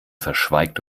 verschweigt